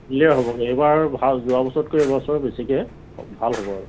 হ'ব এইবাৰ যোৱাবছৰতকৈ এইবাৰ বেছিকৈ ভাল হ'ব আৰু